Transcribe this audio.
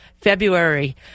February